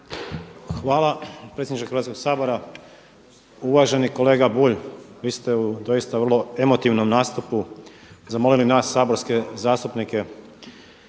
Hvala predsjedniče Hrvatskoga sabora. Uvaženi kolega Bulj, vi ste u doista vrlo emotivnom nastupu zamolili nas saborske zastupnike,